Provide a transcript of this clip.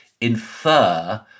infer